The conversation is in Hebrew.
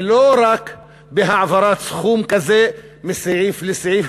ולא רק בהעברת סכום כזה מסעיף לסעיף,